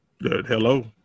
hello